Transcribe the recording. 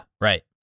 Right